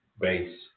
base